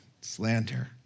slander